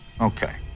Okay